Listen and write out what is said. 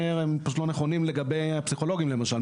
הם פשוט לא נכונים לגבי הפסיכולוגים למשל,